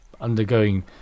undergoing